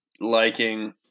liking